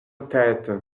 tête